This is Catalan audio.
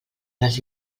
les